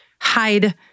hide